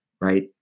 Right